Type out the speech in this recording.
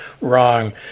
wrong